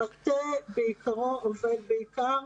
המטה בעיקרו עובד בעיקר